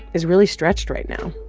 is really stretched right now.